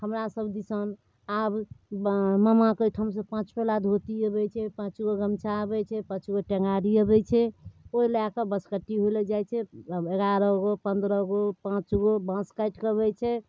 हमरा सब दिसन आब मामाके ओइठमनसँ पाँच पल्ला धोती अबै छै पाँच गो गमछा अबै छै पाँच गो टेङ्गारी अबै छै ओइ लए कऽ बँसकट्टी होइलए जाइ छै एगारह गो पन्द्रह गो पाँच गो बाँस काटिकऽ अबै छै